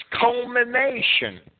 culmination